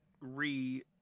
re